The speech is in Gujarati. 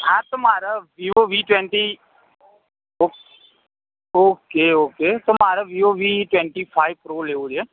હા તો મારે વિવો વી ટ્વેંટી ઓ ઓકે ઓકે તો મારે Vivo V twenty five pro લેવો છે